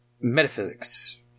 metaphysics